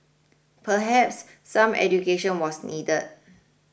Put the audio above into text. perhaps some education was needed